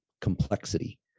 complexity